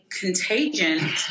contagion